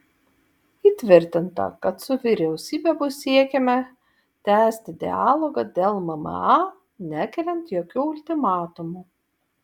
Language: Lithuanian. įtvirtinta kad su vyriausybe bus siekiama tęsti dialogą dėl mma nekeliant jokių ultimatumų